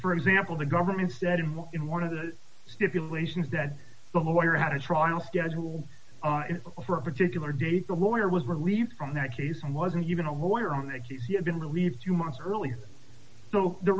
for example the government said in one of the stipulations that the lawyer had a trial scheduled for a particular date the lawyer was relieved from that case and wasn't even a lawyer on it has yet been relieved two months earlier so the